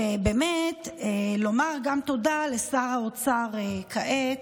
ובאמת לומר תודה גם לשר האוצר כעת,